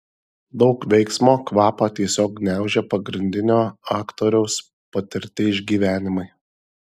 daug veiksmo kvapą tiesiog gniaužia pagrindinio aktoriaus patirti išgyvenimai